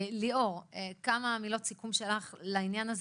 ליאור, כמה מילות סיכום שלך לעניין הזה.